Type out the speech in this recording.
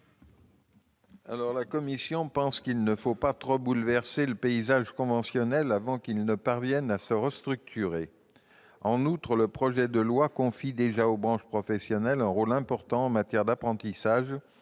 La commission estime qu'il ne faut pas trop bouleverser le paysage conventionnel avant qu'il ne parvienne à se restructurer. En outre, le projet de loi confie déjà aux branches professionnelles un rôle important en matière d'apprentissage